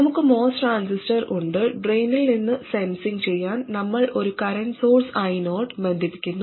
നമുക്ക് MOS transistor ഉണ്ട് ഡ്രെയിനിൽ നിന്ന് സെൻസിംഗ് ചെയ്യാൻ നമ്മൾ ഒരു കറന്റ് സോഴ്സ് I0 ബന്ധിപ്പിക്കുന്നു